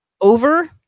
over